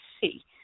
see